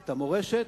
את המורשת,